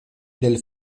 del